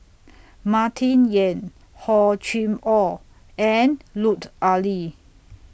Martin Yan Hor Chim Or and Lut Ali